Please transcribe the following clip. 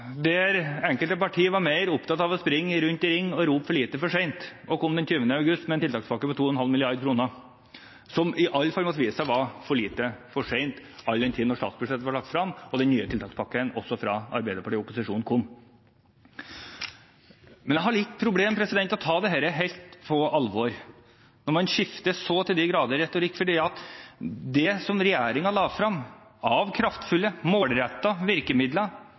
der enkelte partier var mer opptatt av å springe rundt i ring og rope «for lite for sent», før de den 20. august kom med en tiltakspakke på 2,5 mrd. kr, som i alle fall viste seg å være for lite for sent da statsbudsjettet ble lagt frem og den nye tiltakspakken, også fra Arbeiderpartiet i opposisjon, kom. Jeg har litt problemer med å ta dette helt på alvor når man så til de grader skifter retorikk, for det som regjeringen la frem av kraftfulle og målrettede virkemidler